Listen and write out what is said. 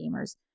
gamers